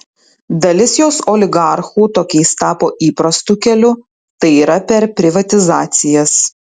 dalis jos oligarchų tokiais tapo įprastu keliu tai yra per privatizacijas